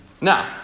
Now